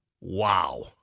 Wow